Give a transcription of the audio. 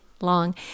long